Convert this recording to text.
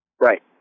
Right